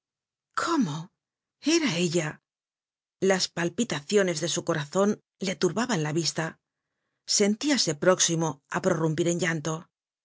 cómo era ella las palpitaciones de su corazon le turbaban la vista sentíase próximo á prorumpir en llanto